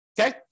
okay